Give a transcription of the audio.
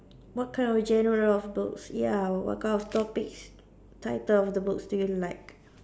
what kind of genre of books ya what kind of topics title of the books do you like